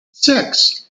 six